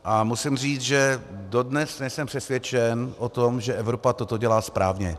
A musím říct, že dodnes nejsem přesvědčen o tom, že Evropa toto dělá správně.